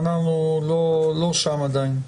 ואנחנו לא שם עדיין,